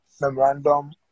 memorandum